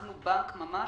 אנחנו בנק ממש.